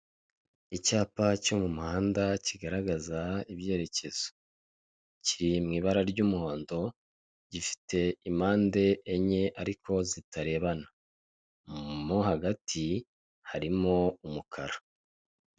Icyapa cyo mu muhanda kigaragaza ibyerekezo, kiri mu ibara ry'umuhondo gifite impande enye ariko zitarebana mo hagati harimo umukara.